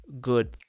good